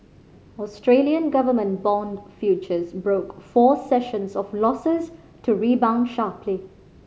Australian government bond futures broke four sessions of losses to rebound sharply